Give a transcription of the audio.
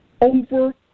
over